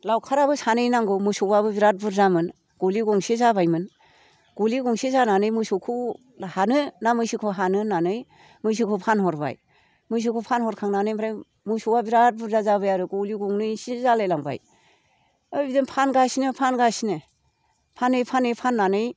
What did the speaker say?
लावखाराबो सानै नांगौ मोसौआबो बिराद बुरजामोन गलि गंसे जाबायमोन गलि गंसे जानानै मोसौखौ हानो ना मैसोखौ हानो होनानै मैसोखौ फानहरबाय मैसोखौ फानहरखांनानै ओमफ्राय मोसौआ बिराद बुरजा जाबाय आरो गलि गंनैसो जालायलांबाय आरो बिदिनो फानगासिनो फानगासिनो फानै फानै फाननानै